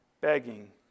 begging